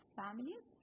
families